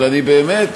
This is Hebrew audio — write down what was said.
אבל אני באמת